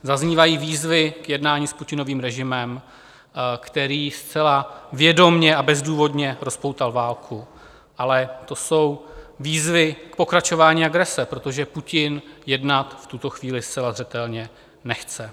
Zaznívají výzvy k jednání s Putinovým režimem, který zcela vědomě a bezdůvodně rozpoutal válku, ale to jsou výzvy k pokračování agrese, protože Putin jednat v tuto chvíli zcela zřetelně nechce.